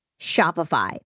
Shopify